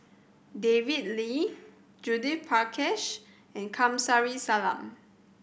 David Lee Judith Prakash and Kamsari Salam